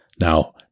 Now